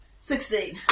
Sixteen